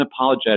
unapologetic